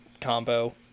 combo